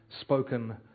spoken